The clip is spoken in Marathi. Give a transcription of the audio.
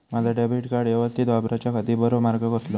माजा डेबिट कार्ड यवस्तीत वापराच्याखाती बरो मार्ग कसलो?